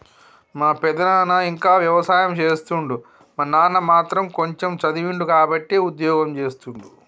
మా పెదనాన ఇంకా వ్యవసాయం చేస్తుండు మా నాన్న మాత్రం కొంచెమ్ చదివిండు కాబట్టే ఉద్యోగం చేస్తుండు